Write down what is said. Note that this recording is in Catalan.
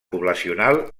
poblacional